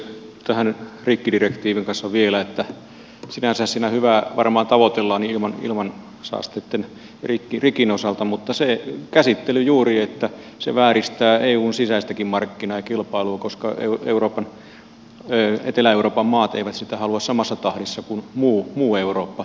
tähän rikkidirektiiviin kanssa vielä että sinänsä siinä hyvää varmaan tavoitellaan ilmansaasteitten rikin osalta mutta puutun siihen käsittelyyn juuri että se vääristää eun sisäistäkin markkinaa ja kilpailua koska etelä euroopan maat eivät sitä halua samassa tahdissa kuin muu eurooppa